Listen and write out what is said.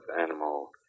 animal